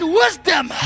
wisdom